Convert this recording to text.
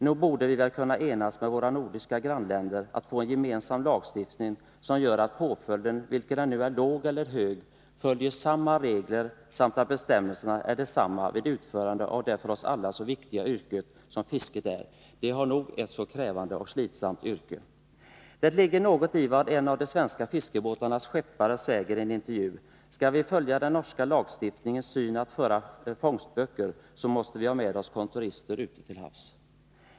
Nog borde vi kunna enas med våra nordiska grannländer och få en gemensam lagstiftning, som gör att påföljden — oavsett om den nu är låg eller hög — följer samma regler samt att bestämmelserna är desamma vid utövande av det för oss alla så viktiga yrket som fisket är. Fiskarna har ett nog så krävande och slitsamt yrke. Det ligger något i vad en av de svenska fiskebåtarnas skeppare säger i en intervju: Skall vi följa den norska lagstiftningens syn att föra fångstböcker så måste vi ha med en kontorist ute till havs.